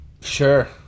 Sure